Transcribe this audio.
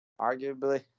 arguably